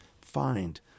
find